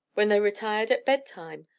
when they retired at bedtime,